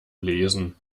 lesen